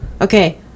Okay